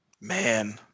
man